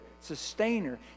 sustainer